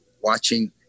watching